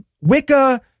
Wicca